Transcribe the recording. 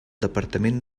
departament